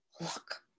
Look